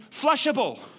flushable